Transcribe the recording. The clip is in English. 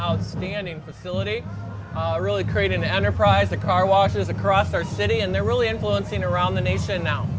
outstanding facility to really create an enterprise the car washes across our city and they're really influencing around the nation now